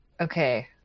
Okay